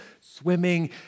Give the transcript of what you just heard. swimming